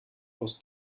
aus